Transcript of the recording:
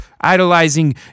idolizing